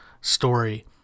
Story